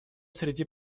среди